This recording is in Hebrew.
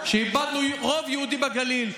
שלפיה איבדנו רוב יהודי בגליל.